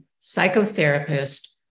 psychotherapist